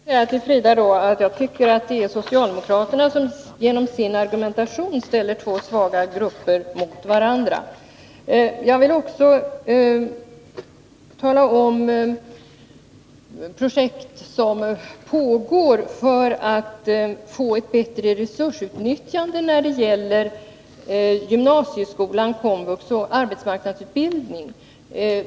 Herr talman! Jag vill säga till Frida Berglund att jag tycker att det är socialdemokraterna som genom sin argumentation ställer två svaga grupper mot varandra. Jag vill också tala om att det pågår projekt som syftar till att man skall få ett bättre resursutnyttjande när det gäller gymnasieskolan, KOMVUX och arbetsmarknadsutbildningen.